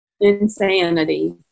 insanity